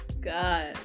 god